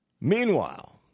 Meanwhile